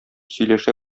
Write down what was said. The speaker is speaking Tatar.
сөйләшә